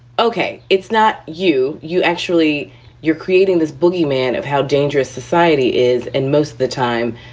ok. it's not you. you actually you're creating this boogeyman of how dangerous society is. and most of the time,